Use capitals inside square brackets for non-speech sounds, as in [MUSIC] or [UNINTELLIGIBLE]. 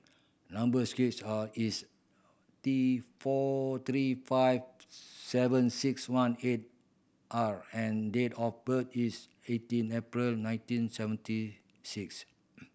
number [UNINTELLIGIBLE] are is T four three five seven six one eight R and date of birth is eighteen April nineteen seventy six